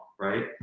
right